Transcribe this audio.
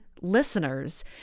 listeners